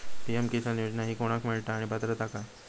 PM Kisan योजना ही कोणाक मिळता आणि पात्रता काय?